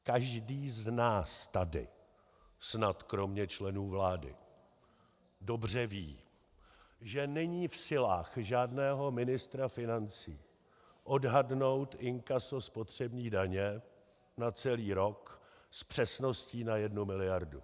Každý z nás tady, snad kromě členů vlády, dobře ví, že není v silách žádného ministra financí odhadnout inkaso spotřební daně na celý rok s přesností na jednu miliardu.